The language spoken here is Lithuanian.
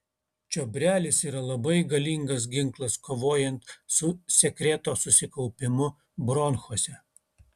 čiobrelis yra labai galingas ginklas kovojant su sekreto susikaupimu bronchuose